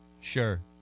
Sure